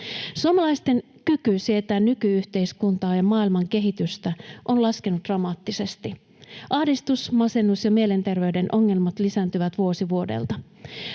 Suomalaisten kyky sietää nyky-yhteiskuntaa ja maailman kehitystä on laskenut dramaattisesti. Ahdistus, masennus ja mielenterveyden ongelmat lisääntyvät vuosi vuodelta.